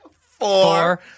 four